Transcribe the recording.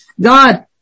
God